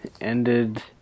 ended